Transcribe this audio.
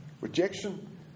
rejection